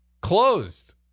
closed